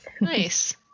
Nice